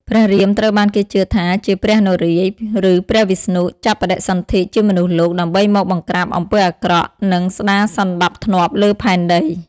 ព្រះរាមត្រូវបានគេជឿថាជាព្រះនរាយណ៍ ឬព្រះវិស្ណុ ចាប់បដិសន្ធិជាមនុស្សលោក ដើម្បីមកបង្រ្កាបអំពើអាក្រក់ និងស្ដារសណ្ដាប់ធ្នាប់លើផែនដី ។